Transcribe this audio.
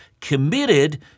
committed